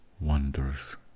wonders